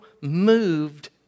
moved